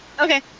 Okay